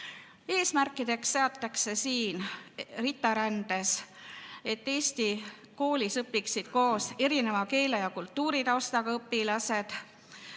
Eesmärkideks seatakse RITA-rändes, et Eesti koolis õpiksid koos erineva keele- ja kultuuritaustaga õpilased.